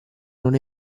non